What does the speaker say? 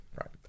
Right